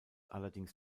allerdings